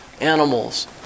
Animals